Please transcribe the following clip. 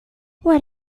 what